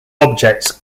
objects